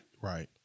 Right